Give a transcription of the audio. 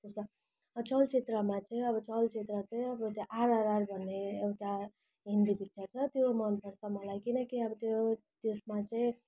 चलचित्रमा चाहिँ अब चलचित्र चाहिँ अब त्यो आरआरआर भन्ने एउटा हिन्दी पिक्चर छ त्यो मनपर्छ मलाई किनकि अब त्यो त्यसमा चाहिँ